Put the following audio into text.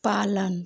पालन